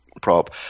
prop